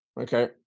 Okay